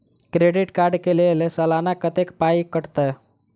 Credit card कऽ लेल सलाना कत्तेक पाई कटतै?